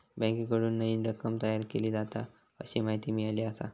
बँकेकडून नईन रक्कम तयार केली जाता, अशी माहिती मिळाली आसा